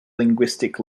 linguistic